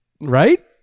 Right